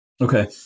Okay